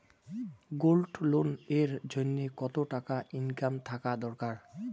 Gold loan এর জইন্যে কতো টাকা ইনকাম থাকা দরকার?